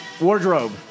wardrobe